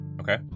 Okay